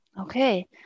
Okay